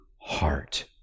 heart